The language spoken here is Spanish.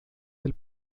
del